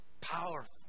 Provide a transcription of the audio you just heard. powerful